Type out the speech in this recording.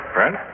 Friend